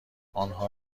آنها